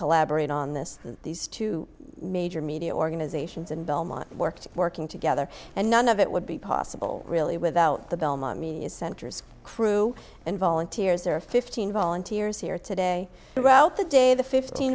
collaborate on this these two major media organizations and belmont worked working together and none of it would be possible really without the belmont media centers crew and volunteers are fifteen volunteers here today throughout the day the fifteen